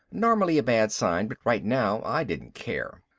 normally a bad sign, but right now i didn't care.